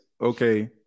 Okay